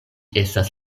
estas